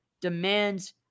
demands